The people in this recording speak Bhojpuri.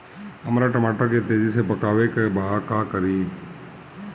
हमरा टमाटर के तेजी से पकावे के बा का करि?